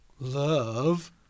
Love